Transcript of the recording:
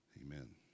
Amen